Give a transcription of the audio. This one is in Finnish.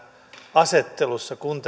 asettelussa kun